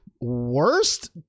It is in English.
worst